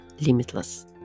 limitless